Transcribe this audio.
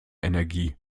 energie